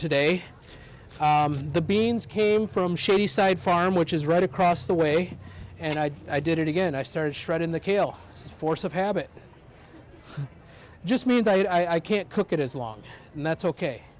today the beans came from shadyside farm which is right across the way and i i did it again i started shredding the kale just force of habit just means i i can't cook as long and that's ok